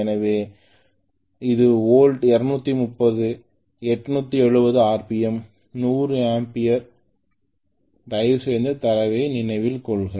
எனவே இது 230 volt 870 RPM 100 ampere தயவுசெய்து தரவை நினைவில் கொள்க